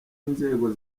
inzego